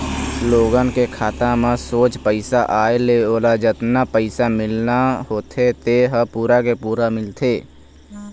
लोगन के खाता म सोझ पइसा आए ले ओला जतना पइसा मिलना होथे तेन ह पूरा के पूरा मिलथे